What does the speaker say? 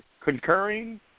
concurring